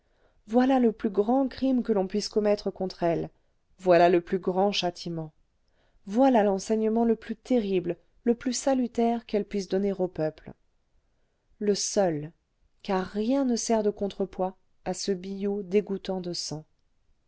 voilà le plus grand crime que l'on puisse commettre contre elle voilà le plus grand châtiment voilà l'enseignement le plus terrible le plus salutaire qu'elle puisse donner au peuple le seul car rien ne sert de contrepoids à ce billot dégouttant de sang